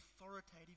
authoritative